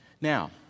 Now